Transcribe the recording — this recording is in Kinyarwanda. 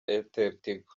airteltigo